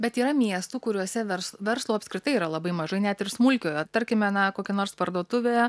bet yra miestų kuriuose vers verslo apskritai yra labai mažai net ir smulkiojo tarkime na kokia nors parduotuvė